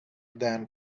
than